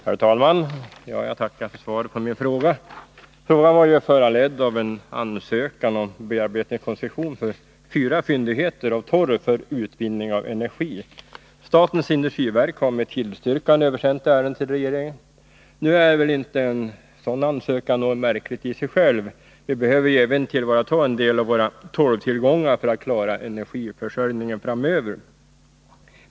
Herr talman! Jag tackar för svaret på min fråga. Frågan var föranledd av en ansökan om bearbetningskoncession för fyra fyndigheter av torv för utvinning av energi. Statens industriverk har med tillstyrkande översänt ärendet till regeringen. Nu är väl inte en sådan ansökan någonting märkligt i sig själv; vi behöver ju tillvarata en del av våra torvtillgångar för att kunna klara energiförsörjningen framöver.